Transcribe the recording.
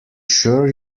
sure